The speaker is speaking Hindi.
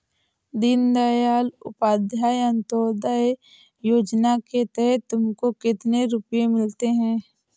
दीन दयाल उपाध्याय अंत्योदया योजना के तहत तुमको कितने रुपये मिलते हैं